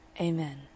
Amen